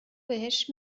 بهش